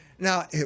Now